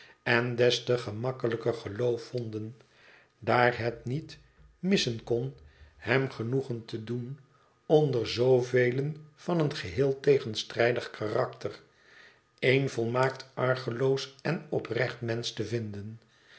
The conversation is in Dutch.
en des te gemakkelijker geloof vonden daar het niet missen kon hem genoegen te doen onder zoovelen van een geheel tegenstrijdig karakter één volmaakt argeloos en oprecht mensch te vinden